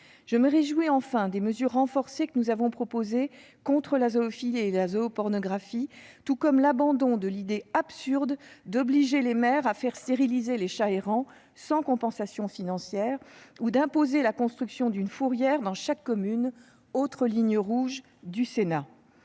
Je me réjouis enfin des mesures renforcées que nous avons proposées contre la zoophilie et la zoopornographie, ainsi que de l'abandon de l'idée absurde d'obliger les maires à faire stériliser les chats errants sans compensation financière ou d'imposer la construction d'une fourrière dans chaque commune, autre ligne rouge pour le Sénat.